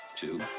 Two